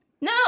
No